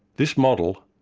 this model,